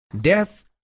death